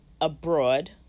abroad